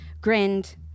grinned